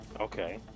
Okay